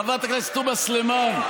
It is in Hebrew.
חברת הכנסת תומא סלימאן,